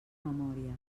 memòria